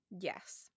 Yes